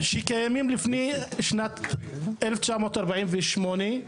שקיימים לפני שנת 1948,